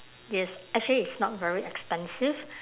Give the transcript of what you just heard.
yes actually it's not very expensive